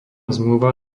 zmluva